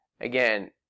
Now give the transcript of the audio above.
Again